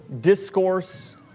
discourse